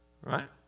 Right